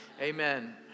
amen